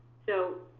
so,